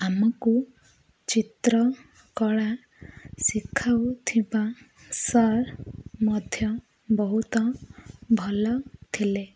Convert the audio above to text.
ଆମକୁ ଚିତ୍ର କଳା ଶିଖାଉଥିବା ମଧ୍ୟ ବହୁତ ଭଲ ଥିଲେ